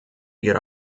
ihre